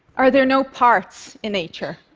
are there no parts in nature?